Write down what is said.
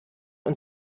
und